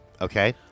okay